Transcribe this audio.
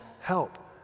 help